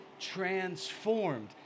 transformed